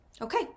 Okay